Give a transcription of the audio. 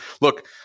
Look